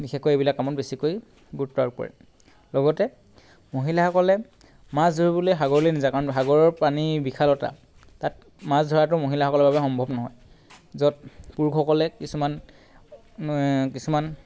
বিশেষকৈ এইবোৰ কামত বেছিকৈ গুৰুত্ব আৰোপ কৰে লগতে মহিলাসকলে মাছ ধৰিবলৈ সাগৰলৈ নেযায় কাৰণ সাগৰৰ পানী বিশালতা তাত মাছ ধৰাটো মহিলাসকলৰ বাবে সম্ভৱ নহয় য'ত পুৰুষসকলে কিছুমান কিছুমান